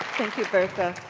thank you, bertha.